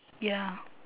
ya